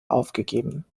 aufgegeben